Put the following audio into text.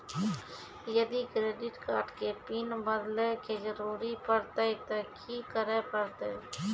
यदि credit card के pin बदले के जरूरी परतै ते की करे परतै?